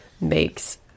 makes